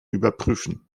überprüfen